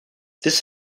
this